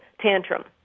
tantrum